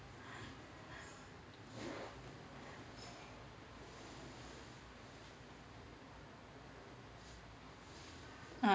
uh